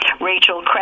Rachel